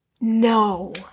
No